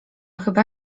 chyba